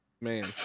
Man